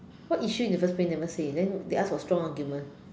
what issue in the first place never say then they ask for strong argument